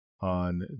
on